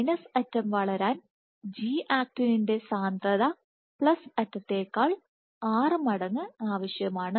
minus അറ്റം വളരാൻ G ആക്റ്റിന്റെ സാന്ദ്രത പ്ലസ് അറ്റത്തേക്കാൾ 6 മടങ്ങ് ആവശ്യമാണ്